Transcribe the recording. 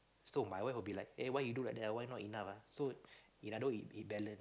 so my wife will be like aye why you do like that why not enough ah so in other word it balance